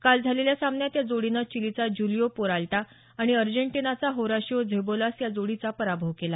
काल झालेल्या सामन्यात या जोडीनं चिलीचा ज्युलिओ पेराल्टा आणि अर्जेंटिनाचा होरॉशिओ झेबॉलॉस या जोडीचा पराभव केला